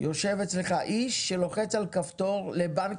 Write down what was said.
יושב אצלך איש שלוחץ על כפתור לבנק